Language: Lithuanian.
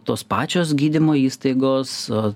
tos pačios gydymo įstaigos